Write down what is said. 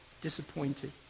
disappointed